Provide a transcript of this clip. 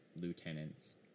lieutenants